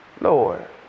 Lord